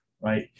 right